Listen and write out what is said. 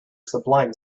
sublime